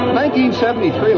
1973